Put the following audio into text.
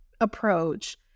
approach